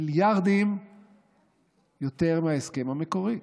מיליארדים יותר מההסכם המקורי.